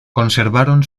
conservaron